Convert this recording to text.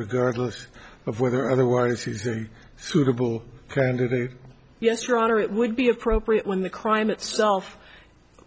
regardless of whether otherwise he's a suitable candidate yes your honor it would be appropriate when the crime itself